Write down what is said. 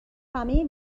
همه